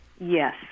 Yes